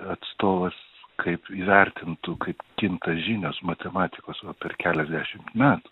atstovas kaip įvertintų kaip kinta žinios matematikos o per keliasdešimt metų